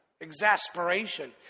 Exasperation